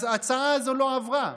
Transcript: שההצעה הזו לא עברה.